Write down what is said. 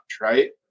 right